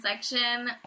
section